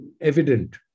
evident